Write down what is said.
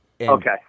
Okay